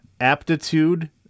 aptitude